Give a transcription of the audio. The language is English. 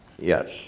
Yes